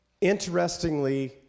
interestingly